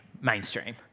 mainstream